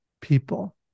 people